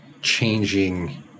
changing